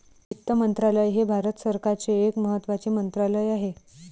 वित्त मंत्रालय हे भारत सरकारचे एक महत्त्वाचे मंत्रालय आहे